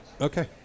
Okay